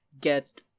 get